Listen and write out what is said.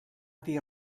dir